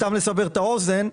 סתם לסבר את האוזן,